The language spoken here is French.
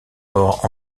port